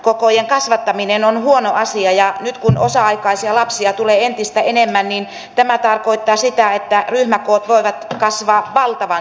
ryhmäkokojen kasvattaminen on huono asia ja nyt kun osa aikaisia lapsia tulee entistä enemmän niin tämä tarkoittaa sitä että ryhmäkoot voivat kasvaa valtavan suuriksi